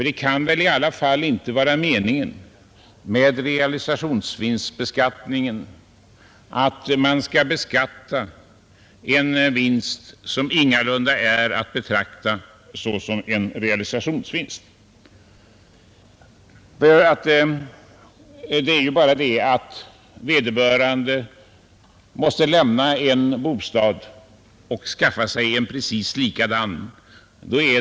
Det kan väl i alla fall inte vara meningen med realisationsvinstbeskattningen att man skall beskatta en vinst som ingalunda är att betrakta såsom en realisationsvinst. I de fall som här avses beror ju försäljningen på att vederbörande måste lämna en bostad på en ort och skaffa sig ett nytt hem på den andra ort där han får sitt arbete.